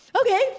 Okay